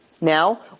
now